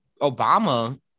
Obama